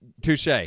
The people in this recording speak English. Touche